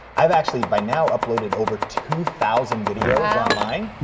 i've actually, by now, uploaded over two thousand videos online,